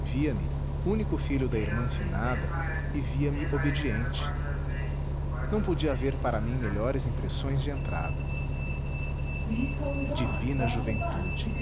via-me único filho da irmã finada e via-me obediente não podia haver para mim melhores impressões de entrada divina juventude